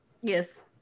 Yes